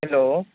hello